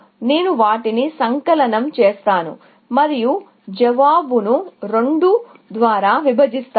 నేను వాటిని సంకలనం చేస్తాను మరియు ఆ విలువను 2 తో విభజిస్తాను